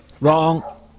Wrong